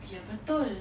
biar betul